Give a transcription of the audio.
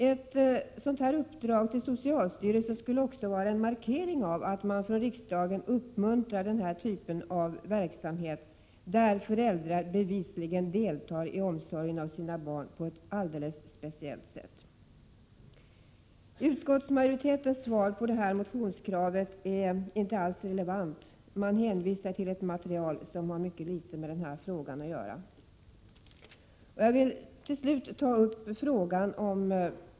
Ett uppdrag av det slaget skulle också vara en markering av att man från riksdagen uppmuntrar den här typen av verksamhet, där föräldrar bevisligen deltar i omsorgen av sina barn på ett alldeles särskilt aktivt sätt. Utskottsmajoritetens svar på motionskravet i det här sammanhanget är inte alls relevant. Man hänvisar till ett material som mycket litet har med den här frågan att göra.